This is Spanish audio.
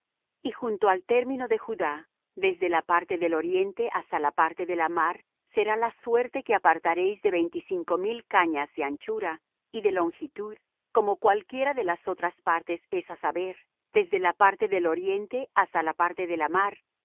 y junto al término de judá desde la parte del oriente hasta la parte de la mar será la suerte que apartaréis de veinticinco mil cañas de anchura y de longitud como cualquiera de las otras partes es á saber desde la parte del oriente hasta la parte de la mar